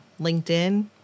LinkedIn